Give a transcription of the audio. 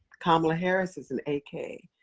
kamala harris is an aka.